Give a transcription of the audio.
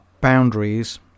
boundaries